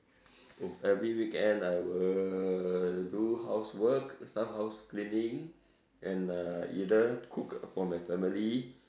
oh every weekend I will do housework some house cleaning and uh either cook for my family